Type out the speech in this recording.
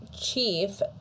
chief